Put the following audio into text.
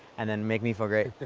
and then make me feel great,